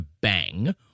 bang